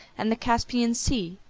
and the caspian sea,